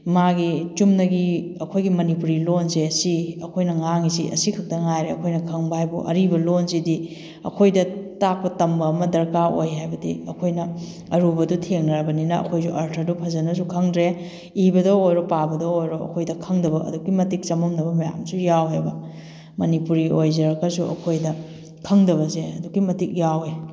ꯃꯥꯒꯤ ꯆꯨꯝꯅꯒꯤ ꯑꯩꯈꯣꯏꯒꯤ ꯃꯅꯤꯄꯨꯔꯤ ꯂꯣꯟꯁꯦ ꯁꯤ ꯑꯩꯈꯣꯏꯅ ꯉꯥꯡꯉꯤꯁꯤ ꯑꯁꯤ ꯈꯛꯇ ꯉꯥꯏꯔꯦ ꯑꯩꯈꯣꯏꯅ ꯈꯪꯕ ꯍꯥꯏꯕꯨ ꯑꯔꯤꯕ ꯂꯣꯟꯁꯤꯗꯤ ꯑꯩꯈꯣꯏꯗ ꯇꯥꯛꯄ ꯇꯝꯕ ꯑꯃ ꯗꯔꯀꯥꯔ ꯑꯣꯏ ꯍꯥꯏꯕꯗꯤ ꯑꯩꯈꯣꯏꯅ ꯑꯔꯨꯕꯗꯣ ꯊꯦꯡꯅꯔꯕꯅꯤꯅ ꯑꯩꯈꯣꯏꯁꯨ ꯑꯔꯊꯗꯣ ꯐꯖꯅꯁꯨ ꯈꯪꯗ꯭ꯔꯦ ꯏꯕꯗ ꯑꯣꯏꯔꯣ ꯄꯥꯕꯗ ꯑꯣꯏꯔꯣ ꯑꯩꯈꯣꯏꯗ ꯈꯪꯗꯕ ꯑꯗꯨꯛꯀꯤ ꯃꯇꯤꯛ ꯆꯃꯝꯅꯕ ꯃꯌꯥꯝꯁꯨ ꯌꯥꯎꯋꯦꯕ ꯃꯅꯤꯄꯨꯔꯤ ꯑꯣꯏꯖꯔꯒꯁꯨ ꯑꯩꯈꯣꯏꯗ ꯈꯪꯗꯕꯁꯦ ꯑꯗꯨꯛꯀꯤ ꯃꯇꯤꯛ ꯌꯥꯎꯋꯦ